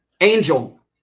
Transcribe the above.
Angel